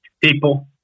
People